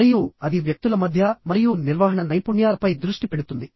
మరియు అది వ్యక్తుల మధ్య మరియు నిర్వహణ నైపుణ్యాలపై దృష్టి పెడుతుంది